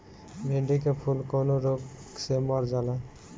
भिन्डी के फूल कौने रोग से मर जाला?